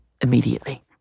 immediately